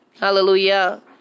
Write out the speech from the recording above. Hallelujah